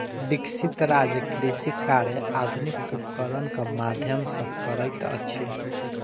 विकसित राज्य कृषि कार्य आधुनिक उपकरणक माध्यम सॅ करैत अछि